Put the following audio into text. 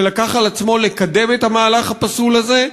שלקח על עצמו לקדם את המהלך הפסול הזה,